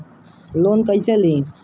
Loan कईसे ली?